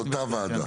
זה אותה ועדה?